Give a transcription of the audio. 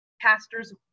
pastor's